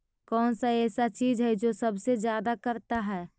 कौन सा ऐसा चीज है जो सबसे ज्यादा करता है?